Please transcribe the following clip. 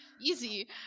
easy